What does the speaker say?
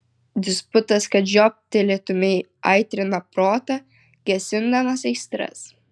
disputas kad žioptelėtumei aitrina protą gesindamas aistras